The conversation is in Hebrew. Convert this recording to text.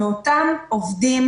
ואותם עובדים